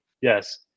yes